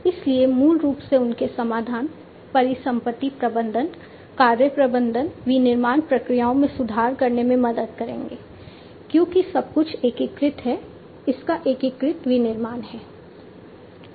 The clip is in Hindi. इसलिए मूल रूप से उनके समाधान परिसंपत्ति प्रबंधन कार्य प्रबंधन विनिर्माण प्रक्रियाओं में सुधार करने में मदद करेंगे क्योंकि सब कुछ एकीकृत है इसका एकीकृत विनिर्माण है